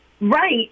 Right